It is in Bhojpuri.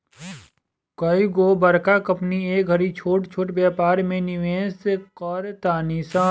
कइगो बड़का कंपनी ए घड़ी छोट छोट व्यापार में निवेश कर तारी सन